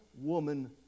woman